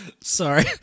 sorry